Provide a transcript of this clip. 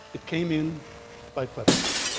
it came in by plebiscite.